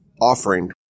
offering